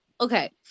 Okay